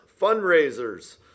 fundraisers